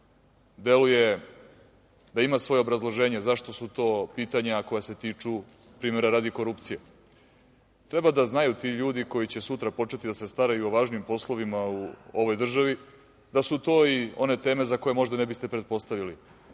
deluje da ima svoje obrazloženje zašto su to pitanja koja se tiču, primera radi, korupcije, treba da znaju ti ljudi koji će sutra početi da se staraju o važnim poslovima u ovoj državi da su to i one teme za koje možda ne biste pretpostavili,